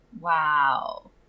Wow